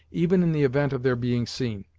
even in the event of their being seen.